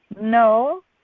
No